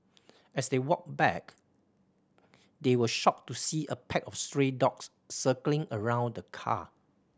as they walked back they were shocked to see a pack of stray dogs circling around the car